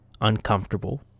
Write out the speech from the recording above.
uncomfortable